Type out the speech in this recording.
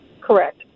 Correct